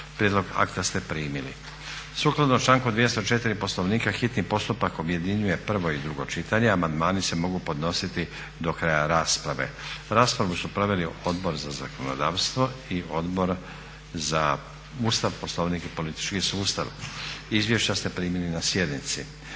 Prijedlog akta ste primili. Sukladno članku 204. Poslovnika hitni postupak objedinjuje prvo i drugo čitanje. Amandmani se mogu podnositi do kraja rasprave. Raspravu su proveli Odbor za zakonodavstvo i Odbor za Ustav, Poslovnik i politički sustav. Izvješća ste primili na sjednici.